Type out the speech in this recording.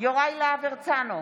יוראי להב הרצנו,